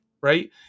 right